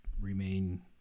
remain